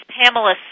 Pamela